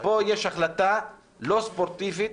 יש פה החלטה לא ספורטיבית,